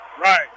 Right